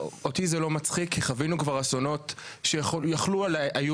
אותי זה לא מצחיק כי חווינו כבר אסונות שיכלו היו